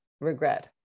regret